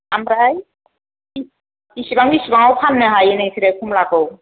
आमफ्राय बिसिबां बिसिबाङाव फाननो हायो नोंसोरो कमलाखौ